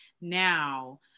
now